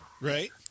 Right